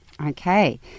Okay